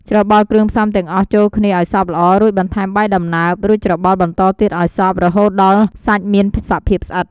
ច្របល់គ្រឿងផ្សំទាំងអស់ចូលគ្នាឱ្យសព្វល្អ រួចបន្ថែមបាយដំណើប ចូលច្របល់បន្តទៀតឱ្យសព្វ រហូតដល់សាច់មានសភាពស្អិត។